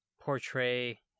portray